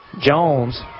Jones